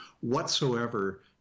whatsoever